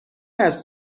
است